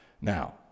Now